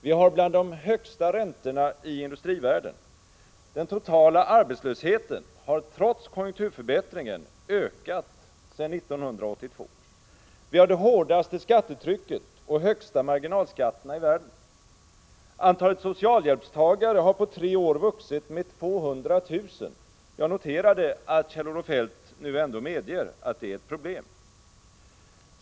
Vi har bland de högsta räntorna i den industrialiserade delen av världen. Den totala arbetslösheten har trots konjunkturförbättringen ökat sedan 1982. Vi har det hårdaste skattetrycket och de högsta marginalskatterna i världen. Antalet socialhjälpstagare har på tre år vuxit med 200 000 -— jag noterade att Kjell-Olof Feldt nu ändå medger att det är ett problem.